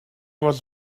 was